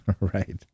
right